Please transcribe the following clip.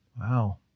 wow